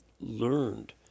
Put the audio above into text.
learned